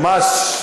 ממש.